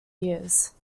years